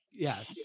Yes